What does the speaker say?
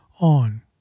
on